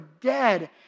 dead